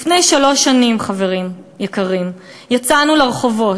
לפני שלוש שנים, חברים יקרים, יצאנו לרחובות,